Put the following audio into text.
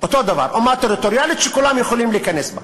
אומה טריטוריאלית שכולם יכולים להיכנס אליה.